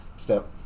step